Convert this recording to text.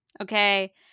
Okay